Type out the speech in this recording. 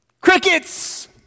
Crickets